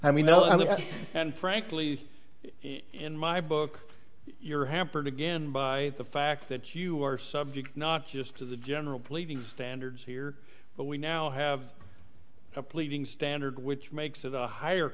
i mean and frankly in my book you're hampered again by the fact that you are subject not just to the general pleading standards here but we now have a pleading standard which makes it a higher